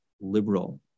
liberal